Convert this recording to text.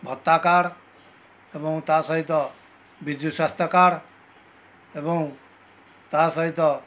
ଭତ୍ତା କାର୍ଡ଼ ଏବଂ ତା ସହିତ ବିଜୁ ସ୍ୱାସ୍ଥ୍ୟ କାର୍ଡ଼ ଏବଂ ତା ସହିତ